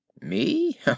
Me